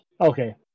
Okay